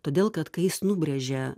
todėl kad kai jis nubrėžė